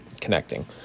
connecting